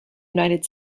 united